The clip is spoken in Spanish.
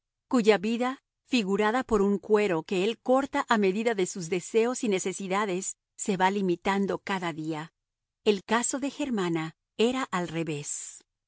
cuya vida figurada por un cuero que él corta a medida de sus deseos y necesidades se va limitando cada día el caso de germana era al revés